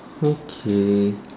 okay